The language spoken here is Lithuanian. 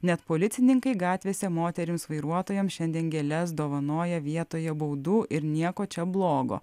net policininkai gatvėse moterims vairuotojoms šiandien gėles dovanoja vietoje baudų ir nieko čia blogo